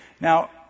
Now